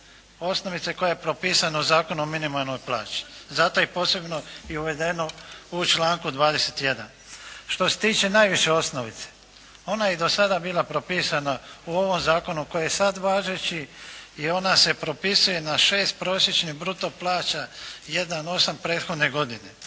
osnovice koja je propisana u Zakonu o minimalnoj plaći. Zato je i posebno uvedeno u članku 21. Što se tiče najviše osnovice, ona je i do sada bila propisana u ovom zakonu koji je sada važeći i ona se propisuje na 6 prosječnih bruto plaća, jedan, osam prethodne godine.